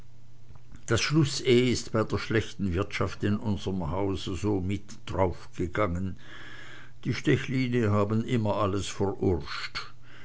das schluß e ist bei der schlechten wirtschaft in unserm hause so mit draufgegangen die stechline haben immer alles verurscht